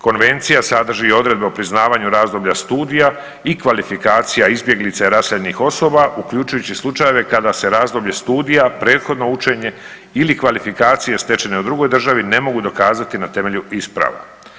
Konvencija sadrži i odredbe o priznavanju razvoja studija i kvalifikacija izbjeglica i raseljenih osoba uključujući i slučajeve kada se razdoblje studija, prethodno učenje ili kvalifikacije stečene u drugoj državi ne mogu dokazati na temelju isprava.